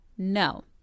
No